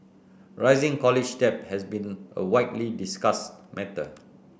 rising college debt has been a widely discussed matter